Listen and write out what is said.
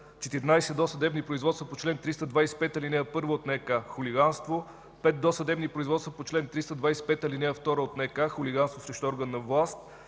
14 досъдебни производства по чл. 325, ал. 1 от НК – хулиганство; пет досъдебни производства по чл. 325, ал. 2 от НК – хулиганство срещу орган на власт;